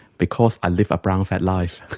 because i live a brown fat life.